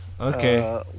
Okay